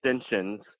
extensions